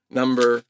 number